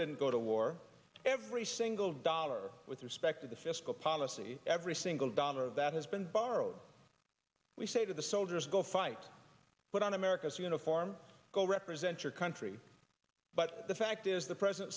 didn't go to war every single dollar with respect to the fiscal policy every single dollar that has been borrowed we say to the soldiers go fight put on america's uniform go represent your country but the fact is the president